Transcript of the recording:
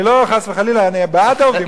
חס וחלילה, אני בעד העובדים הסוציאליים.